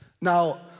Now